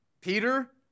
Peter